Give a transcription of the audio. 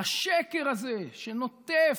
השקר הזה שנוטף,